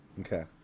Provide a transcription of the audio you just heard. Okay